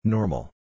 Normal